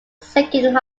second